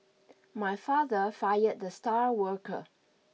my father fired the star worker